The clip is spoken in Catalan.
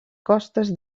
costes